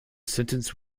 sentence